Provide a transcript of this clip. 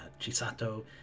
Chisato